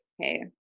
okay